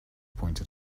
pointed